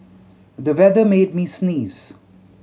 the weather made me sneeze